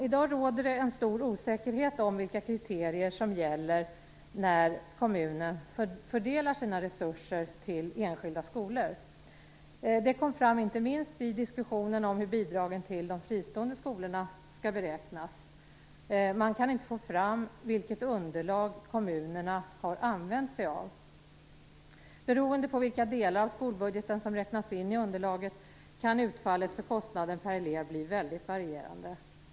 I dag råder det stor osäkerhet om vilka kriterier som gäller när kommuner fördelar sina resurser till enskilda skolor. Det kom fram inte minst i diskussionen om hur bidragen till de fristående skolorna skall beräknas. Man kan inte få fram vilket underlag kommunerna har använt sig av. Beroende på vilka delar av skolbudgeten som räknas in i underlaget kan utfallet för kostnaden per elev bli väldigt varierande.